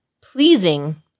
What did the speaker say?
pleasing